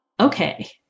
okay